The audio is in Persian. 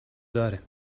داره